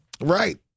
Right